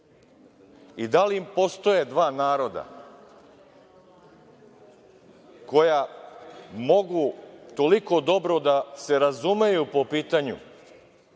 I da li postoje dva naroda koja mogu toliko dobro da se razumeju po pitanju